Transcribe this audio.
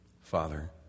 Father